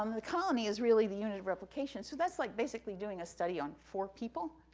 um the colony is really the unit of replication, so that's like basically doing a study on four people.